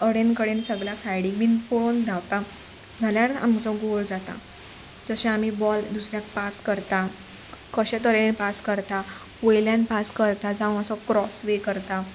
अडेन कडेन सगल्याक सायडीक बीन पळोवन धांवता जाल्यार आमचो गोल जाता जशें आमी बॉल दुसऱ्याक पास करता कशें तरेन पास करता वयल्यान पास करता जावं असो क्रॉसवे करता